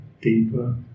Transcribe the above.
deeper